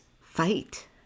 fight